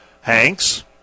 Hanks